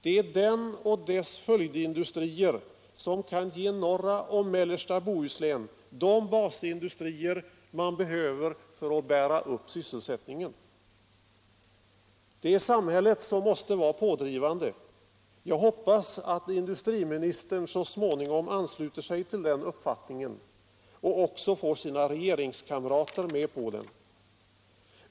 Det är den och dess följdindustrier som kan ge norra och mellersta Bohuslän de basindustrier man behöver för att bära upp sysselsättningen. Det är samhället som måste vara pådrivande. Jag hoppas att industriministern så småningom ansluter sig till den uppfattningen och också får sina regeringskamrater med på den.